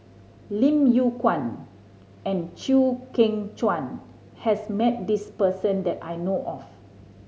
Lim Yew Kuan and Chew Kheng Chuan has met this person that I know of